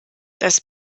das